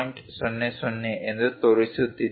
00 ಎಂದು ತೋರಿಸುತ್ತಿದ್ದೇವೆ